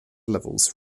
levels